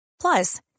plus